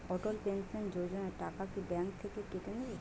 অটল pension Yojana টাকা কি bank থেকে কেটে নেবে?